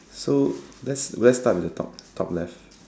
so let's let's start with the top left